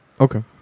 Okay